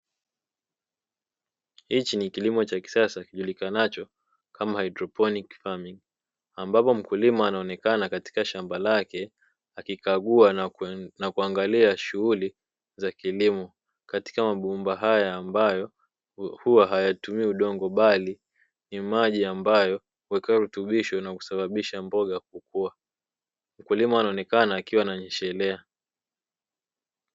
Hichi ni kilimo cha kisasa kijulikanacho kama haidroponi, ambapo mkulima anaonekana katika shamba lake akikagua na kuangalia shughuli za kilimo katika mabomba haya ambayo huwa hayatumii udongo, bali ni maji ambayo huwekewa virutubisho na kusaidia mboga kukua. Mkulima anaonekana akiwa ananyeshelea.